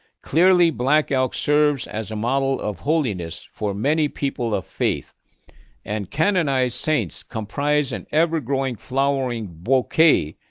clearly, black elk serves as a model of holiness for many people of faith and canonized saints comprise an ever growing flowering bouquet,